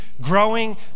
growing